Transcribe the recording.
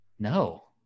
No